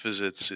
visits